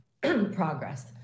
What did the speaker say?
progress